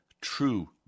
true